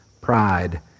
pride